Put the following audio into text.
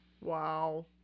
Wow